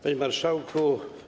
Panie Marszałku!